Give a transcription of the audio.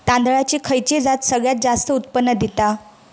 तांदळाची खयची जात सगळयात जास्त उत्पन्न दिता?